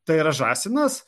tai yra žąsinas